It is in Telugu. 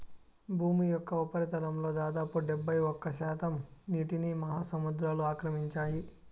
భూమి యొక్క ఉపరితలంలో దాదాపు డెబ్బైఒక్క శాతం నీటిని మహాసముద్రాలు ఆక్రమించాయి